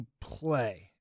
play